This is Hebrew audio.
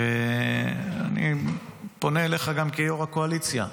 אני פונה אליך גם כיו"ר הקואליציה,